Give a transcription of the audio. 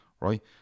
right